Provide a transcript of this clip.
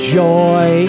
joy